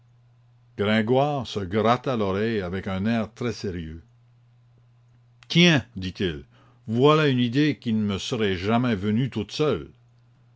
gringoire se gratta l'oreille avec un air très sérieux tiens dit-il voilà une idée qui ne me serait jamais venue toute seule